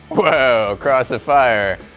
wow cross of fire!